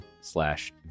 slash